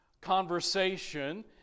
conversation